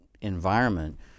environment